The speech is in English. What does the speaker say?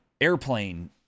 airplane